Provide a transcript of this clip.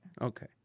okay